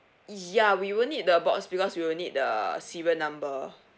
ya we will need the box because we will need the serial number